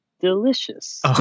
delicious